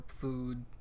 food